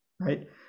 right